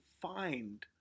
find